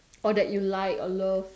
or that you like or love